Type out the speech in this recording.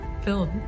filled